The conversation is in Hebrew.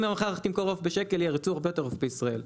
אם מחר תמכור עוף בשקל ירצו הרבה יותר עוף בישראל,